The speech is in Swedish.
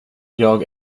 jag